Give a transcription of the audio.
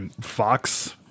Fox